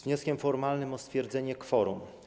Wniosek formalny o stwierdzenie kworum.